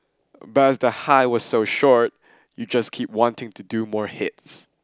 but as the high was so short you just keep wanting to do more hits